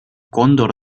cóndor